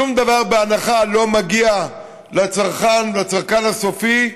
ושום דבר בהנחה לא מגיע לצרכן הסופי,